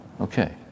Okay